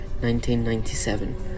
1997